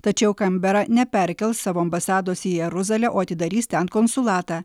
tačiau kanbera neperkels savo ambasados į jeruzalę o atidarys ten konsulatą